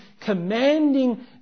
commanding